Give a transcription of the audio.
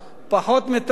פחות מטרז',